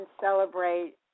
celebrate